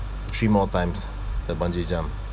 three more times the bungee jump